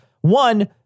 one